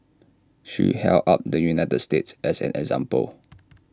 she held up the united states as an example